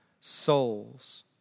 souls